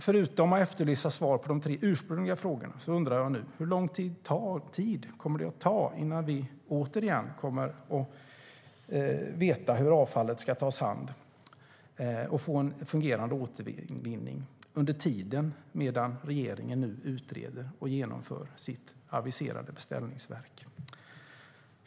Förutom att jag efterlyser svar på de tre ursprungliga frågorna undrar jag nu: Hur lång tid kommer det att ta innan vi återigen kommer att veta hur avfallet ska tas om hand och få en fungerande återvinning? Under tiden utreder nu regeringen och genomför sitt aviserade beställningsverk.